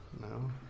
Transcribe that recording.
no